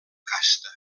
casta